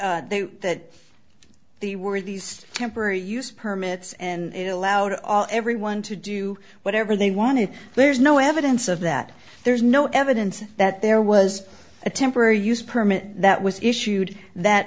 that they that they were these temporary use permits and it allowed all everyone to do whatever they wanted there is no evidence of that there's no evidence that there was a temporary use permit that was issued that